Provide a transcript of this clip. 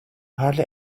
hardly